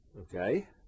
Okay